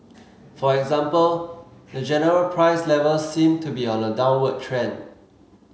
for example the general price level seem to be on a downward trend